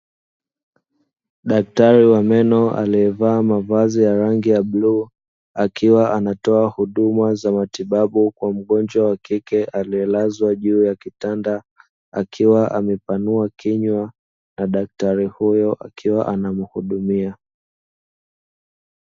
Daktari wa meno alieva mavazi ya rangi ya bluu akiwa anatowa huduma za matibabu kwa mgonjwa wa kike, alielazwa juu ya kitanda akiwa amepanuwa kinywa na daktari huyo akiwa ana muhudumiya.